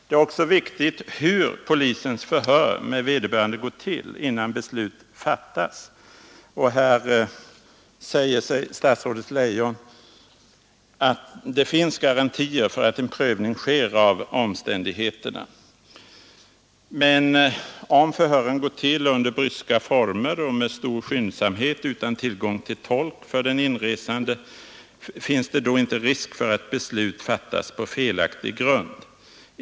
Det är också viktigt hur polisens förhör med vederbörande går till, innan beslut fattas. Här säger statsrådet Leijon att det finns garantier för att en prövning sker av omständigheterna. Om förhören sker under bryska former och med stor skyndsamhet utan tillgång till tolk för den inresande, finns det då inte risk för att beslut fattas på felaktig grund?